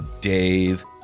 Dave